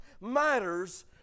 matters